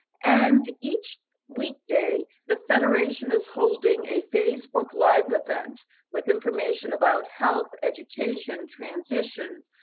and each weekday, the federation is holding a facebook live event with information about health, education, transition,